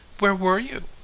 where were you?